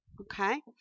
okay